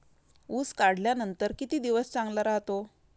ऊस काढल्यानंतर किती दिवस चांगला राहतो?